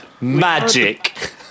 Magic